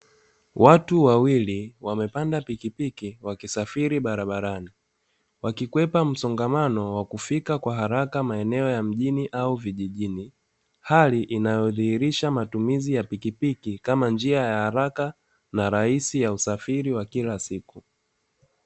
Watu wawili wamepanda pikipiki wakisafiri barabarani, wakikwepa msongamano wa kufika kwa haraka maeneo ya mjini au vijijini, hali inyodhihirisha matumizi ya piki piki kama njia ya haraka na rahisi ya usafiri wa kila siku.